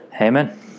Amen